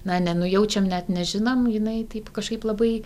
na nenujaučiam net nežinom jinai taip kažkaip labai